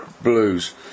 Blues